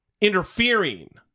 interfering